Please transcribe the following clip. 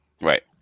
Right